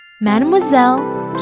Mademoiselle